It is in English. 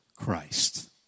Christ